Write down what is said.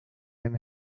and